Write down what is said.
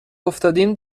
افتادیم